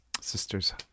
sister's